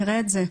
נראה את זה,